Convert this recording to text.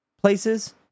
places